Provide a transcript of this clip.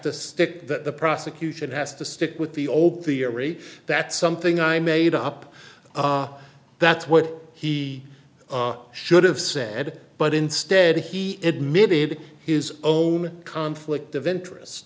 to stick that the prosecution has to stick with the old theory that something i made up that's what he should have said but instead he admitted his own conflict of interest